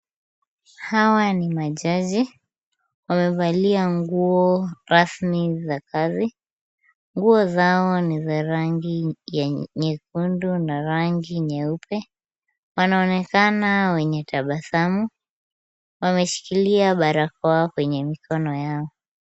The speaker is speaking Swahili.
Hawa ni majaji. Wamevalia nguo rasmi za kazi. Nguo zao ni za rangi ya nyekundu na rangi nyeupe. Wanaonekana wenye tabasamu. Wameshikilia barakoa kwenye mikono yao.